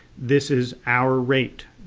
this is our rate.